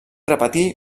repetir